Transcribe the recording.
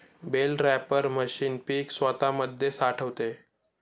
bell wrapper machine पीक स्वतामध्ये साठवते